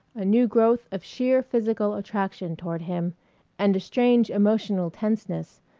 a new growth of sheer physical attraction toward him and a strange emotional tenseness,